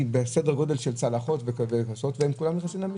בסדר גודל של צלחות וכוסות וכולם נכנסים למיסוי.